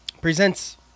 presents